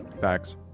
Facts